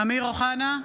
אמיר אוחנה,